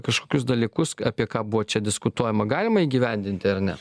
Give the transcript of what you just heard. kažkokius dalykus apie ką buvo čia diskutuojama galima įgyvendinti ar ne